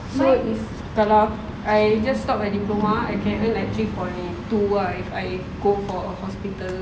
so is kalau I just stop at diploma I can make like three point two ah if I go for a hospital